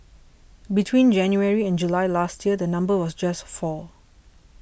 between January and July last year the number was just four